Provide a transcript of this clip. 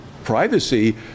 privacy